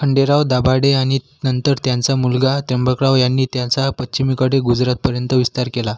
खंडेराव दाभाडे आणि नंतर त्यांचा मुलगा त्र्यंबकराव यांनी त्याचा पश्चिमेकडे गुजरातपर्यंत विस्तार केला